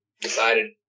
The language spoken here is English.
decided